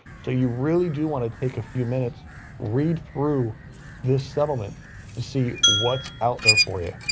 so you really do want to take a few minutes read through this settlement to see what's out there for you.